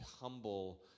humble